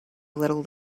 little